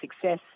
success